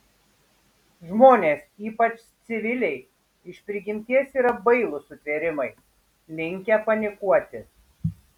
žmonės ypač civiliai iš prigimties yra bailūs sutvėrimai linkę panikuoti